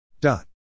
Dot